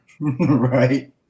Right